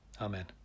Amen